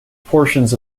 portions